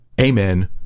Amen